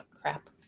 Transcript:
crap